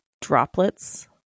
droplets